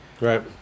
Right